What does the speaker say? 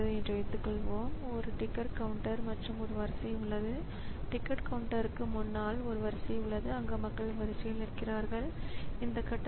விசை அழுத்தியதாக விசைப்பலகை ஒரு குறுக்கீட்டை அளிக்கிறது அல்லது டிஸ்க் பரிமாற்றம் முடிந்துவிட்டது என்று ஒரு டிஸ்க் குறுக்கீடு அளிக்கிறது